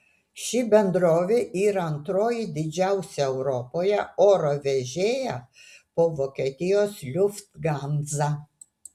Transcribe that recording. ši bendrovė yra antroji didžiausią europoje oro vežėja po vokietijos lufthansa